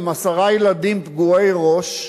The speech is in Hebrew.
עם עשרה ילדים פגועי ראש,